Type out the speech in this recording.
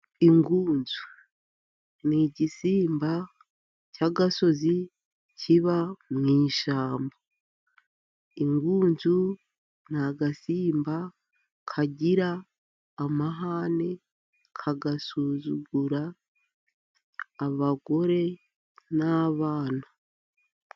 Ingunzu n'igisimba cy'agasozi kiba mu ishyamba, ingunzu n'agasimba kagira amahane, kagasuzugura abagore n'abana.